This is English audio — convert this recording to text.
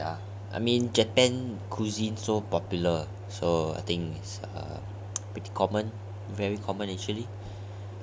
ya ya I mean japan cuisine so popular so I think it's common very common actually